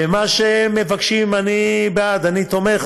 ומה שמבקשים, אני בעד, אני תומך.